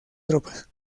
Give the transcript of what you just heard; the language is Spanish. tropas